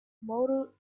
motor